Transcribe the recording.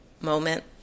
moment